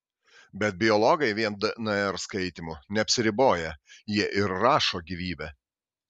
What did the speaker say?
bet biologai vien dnr skaitymu neapsiriboja jie ir rašo gyvybę